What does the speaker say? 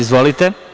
Izvolite.